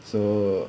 so